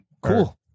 Cool